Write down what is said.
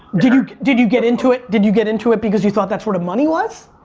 did you did you get into it, did you get into it because you thought that's where the money was?